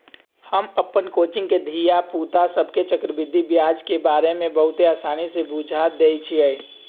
हम अप्पन कोचिंग के धिया पुता सभके चक्रवृद्धि ब्याज के बारे में बहुते आसानी से बुझा देइछियइ